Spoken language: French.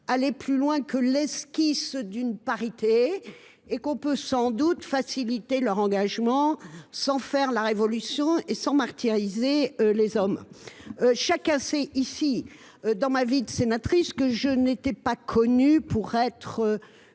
aller plus loin que l’esquisse d’une parité et faciliter leur engagement sans faire la révolution ni martyriser les hommes. Et chacun sait que, dans ma vie de sénatrice, je n’étais pas connue pour être